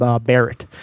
Barrett